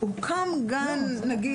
הוקם גן מאולתר.